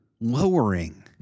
lowering